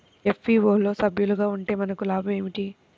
FPO లో సభ్యులుగా ఉంటే మనకు లాభం ఏమిటి?